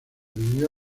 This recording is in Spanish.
vivió